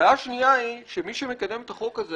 הבעיה השנייה היא שמי שמקדם את החוק הזה